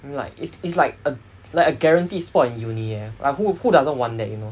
you know like it's it's like a like a guaranteed spot in uni eh like who who doesn't want that you know